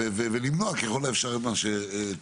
ולמנוע ככול האפשר את מה שצריך.